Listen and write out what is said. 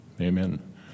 amen